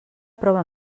prova